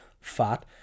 fat